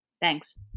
Thanks